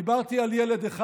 דיברתי על ילד אחד.